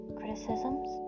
criticisms